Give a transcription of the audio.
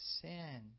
sin